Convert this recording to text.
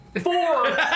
Four